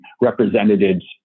representatives